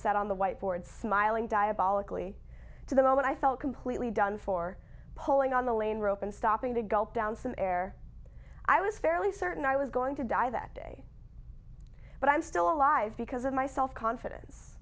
set on the whiteboard smiling diabolically to the moment i felt completely done for pulling on the lane rope and stopping to gulp down some air i was fairly certain i was going to die that day but i'm still alive because of my self confidence